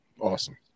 awesome